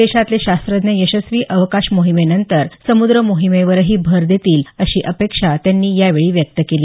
देशातले शास्रज्ञ यशस्वी अवकाश मोहिमेनंतर समुद्र मोहिमेवरही भर देतील अशी अपेक्षाही त्यांनी यावेळी व्यक्त केली